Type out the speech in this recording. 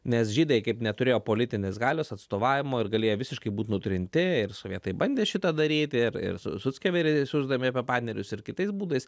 nes žydai kaip neturėjo politinės galios atstovavimo ir galėjo visiškai būt nutrinti ir sovietai bandė šitą daryti ir ir su suckeverį siųdami apie partnerius ir kitais būdais